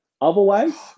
Otherwise